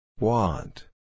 Want